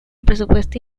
presupuesto